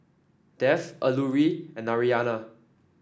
Dev Alluri and Narayana